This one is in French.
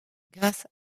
grâce